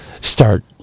start